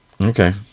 okay